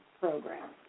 program